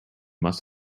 must